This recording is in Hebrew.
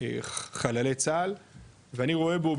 חללי צה"ל ואני רואה בו,